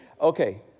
Okay